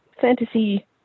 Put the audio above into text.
fantasy